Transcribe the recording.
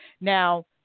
Now